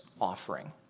offering